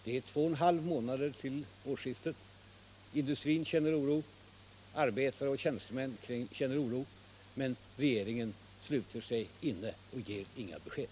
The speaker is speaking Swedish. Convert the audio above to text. Det är två och en halv månad till årsskiftet. Industrin känner oro, arbetare och tjänstemän känner oro, men regeringen sluter sig inne och ger inga besked.